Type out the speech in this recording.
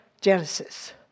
Genesis